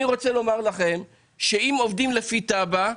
אני רוצה לומר לכם שאם עובדים לפי תב"ע,